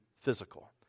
physical